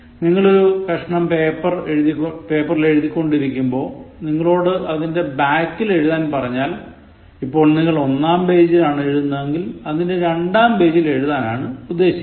നിങ്ങൾ ഒരു കഷണം പേപ്പറിൽ എഴുത്ക്കൊണ്ടിരിക്കുമ്പോൾ നിങ്ങളോട് അതിൻറെ backൽ എഴുതാൻ പറഞ്ഞാൽ ഇപ്പോൾ നിങ്ങൾ ഒന്നാം പേജിൽ ആണ് എഴുതുന്നതെങ്കിൽ അതിൻറെ രണ്ടാം പേജിൽ എഴുതാനാണ് ഉദ്ദേശിക്കുന്നത്